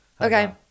Okay